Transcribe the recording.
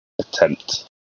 attempt